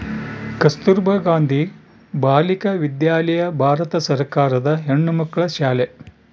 ಕಸ್ತುರ್ಭ ಗಾಂಧಿ ಬಾಲಿಕ ವಿದ್ಯಾಲಯ ಭಾರತ ಸರ್ಕಾರದ ಹೆಣ್ಣುಮಕ್ಕಳ ಶಾಲೆ